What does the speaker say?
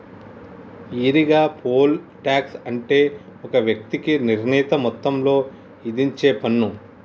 ఈరిగా, poll tax అంటే ఒక వ్యక్తికి నిర్ణీత మొత్తంలో ఇధించేపన్ను